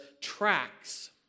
tracks